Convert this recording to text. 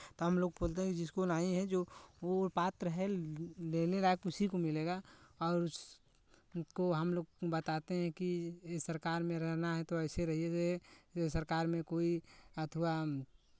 तो हमलोग बोलते हैं कि जिसको नहीं है जो वो पात्र है देने लायक उसी को मिलेगा और उसको हमलोग बताते हैं कि ई सरकार में रहना है तो ऐसे रहिए जे ये सरकार में कोई अथवा